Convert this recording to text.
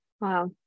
Wow